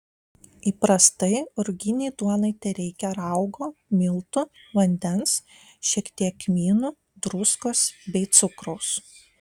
įprastai ruginei duonai tereikia raugo miltų vandens šiek tiek kmynų druskos bei cukraus